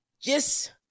Yes